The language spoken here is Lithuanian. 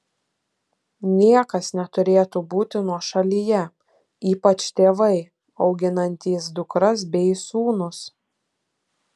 niekas neturėtų būti nuošalyje ypač tėvai auginantys dukras bei sūnus